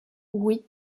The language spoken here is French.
oui